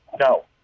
No